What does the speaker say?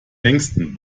längsten